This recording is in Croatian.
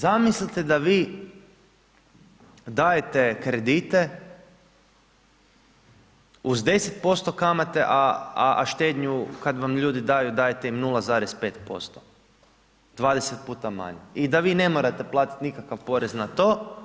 Zamislite da vi dajete kredite uz 10% kamate a štednju kada vam ljudi daju dajete im 0,5%, 20 puta manju i da vi ne morate platiti nikakav porez na to